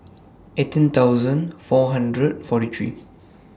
eighteen thousand four hundred forty three